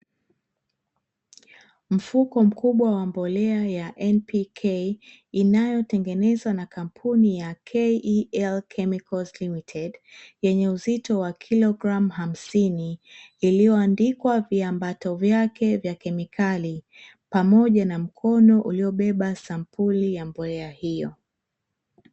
Mfuko mkubwa wa mbolea ya NPK inayotengenezwa na kampuni ya KEL CHEMICALS LTD; yenye uzito wa kilogramu hamsini iliyoandikwa viambato vyake vya kemikali pamoja na mkono uliobeba sampuli ya mbolea hiyo.